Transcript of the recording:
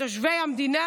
מתושבי המדינה.